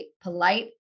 polite